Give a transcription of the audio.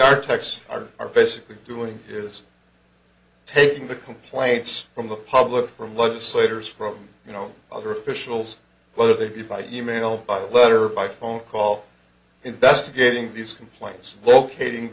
techs are basically doing is taking the complaints from the public from legislators from you know other officials whether they be by email by letter by phone call investigating these complaints locating